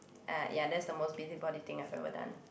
uh ya that's the most busybody thing I've ever done